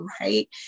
right